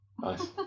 Nice